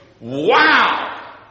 wow